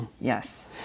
Yes